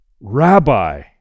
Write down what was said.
Rabbi